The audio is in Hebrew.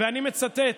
אני מצטט: